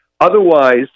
Otherwise